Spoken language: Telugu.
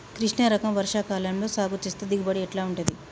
కృష్ణ రకం వర్ష కాలం లో సాగు చేస్తే దిగుబడి ఎట్లా ఉంటది?